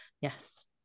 yes